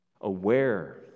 aware